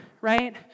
right